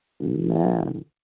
Amen